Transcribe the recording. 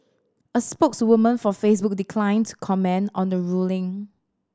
a spokeswoman for Facebook declined to comment on the ruling